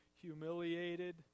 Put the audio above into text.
humiliated